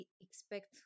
expect